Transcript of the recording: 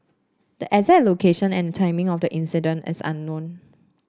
the exact location and timing of the incident is unknown